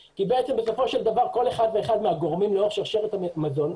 בסופו של דבר כל אחד ואחד מהגורמים בשרשרת המזון,